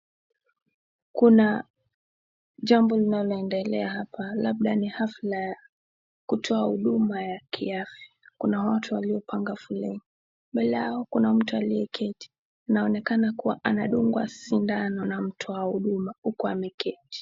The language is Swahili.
Kuna jambo linaloendelea hapa, labda ni hafla ya kutoa huduma ya kiafya, kuna watu waliopanga foleni mbele yao kuna mtu aliyeketi, inaonekana kuwa anadungwa sindano na mtu wa huduma huku ameketi.